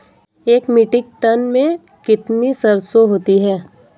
एक metric tonne में कितनी सरसों होती है?